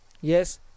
Yes